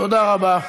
תודה רבה.